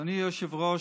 אדוני היושב-ראש,